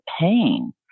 pain